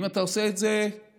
אם אתה עושה את זה בשמש,